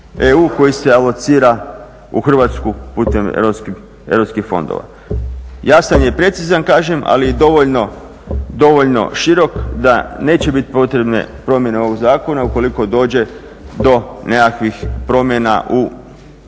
koji se alocira u Hrvatsku putem europskih fondova. Jasan je i precizan kažem, ali i dovoljno širok da neće biti potrebne promjene ovog zakona ukoliko dođe do nekakvih promjena u sustavu